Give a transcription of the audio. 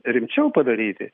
rimčiau padaryti